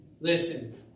Listen